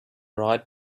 write